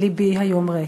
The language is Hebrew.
/ לבי היום ריק."